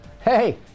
Hey